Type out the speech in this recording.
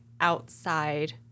outside